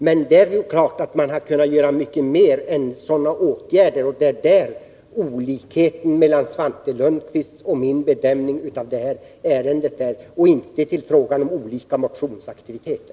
Men det är klart att man hade kunnat göra mycket mer än att vidta sådana åtgärder — och det är på den punkten olikheterna i bedömning mellan Svante Lundkvist och mig ligger. Det finns ingen anledning att diskutera olika motionsaktiviteter.